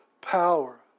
power